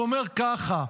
הוא אומר ככה: